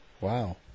wow